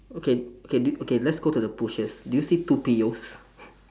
okay okay okay d~ let's go to the bushes do you see two